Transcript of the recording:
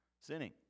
Sinning